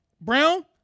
Brown